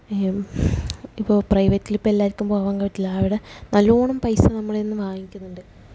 ഇപ്പോൾ പ്രൈവറ്റിലിപ്പം എല്ലാവർക്കും പോകാന് പറ്റില്ല അവിടെ നല്ലവണ്ണം പൈസ നമ്മുടെയെന്നു വാങ്ങിക്കുന്നുണ്ട്